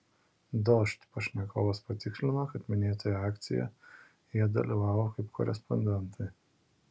dožd pašnekovas patikslino kad minėtoje akcijoje jie dalyvavo kaip korespondentai